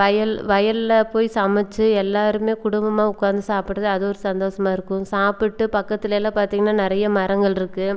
வயல் வயல்ல போய் சமைச்சி எல்லாருமே குடும்பமாக உட்காந்து சாப்பிட்றது அது ஒரு சந்தோசமாக இருக்கும் சாப்பிட்டு பக்கத்தில் எல்லாம் பார்த்தீங்கன்னா நிறைய மரங்கள் இருக்குது